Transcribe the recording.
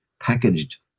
packaged